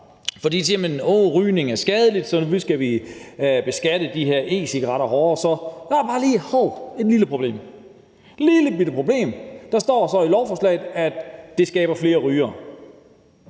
at rygning er skadelig, så nu skal vi beskatte de her e-cigaretter hårdere. Der er bare lige – hov! – et lille problem, et lillebitte problem. For der står så i lovforslaget, at det skaber flere rygere.